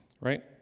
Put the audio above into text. right